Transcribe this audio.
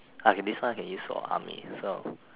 okay this one I can use for army so